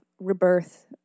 rebirth